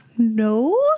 No